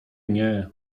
nie